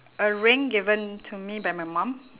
a ring given to me by my mum